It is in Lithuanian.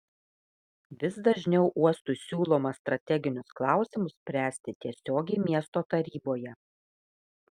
vis dažniau uostui siūloma strateginius klausimus spręsti tiesiogiai miesto taryboje